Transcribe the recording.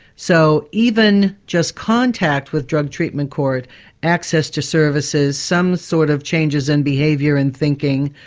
so even just contact with drug treatment court access to services, some sort of changes in behaviour and thinking,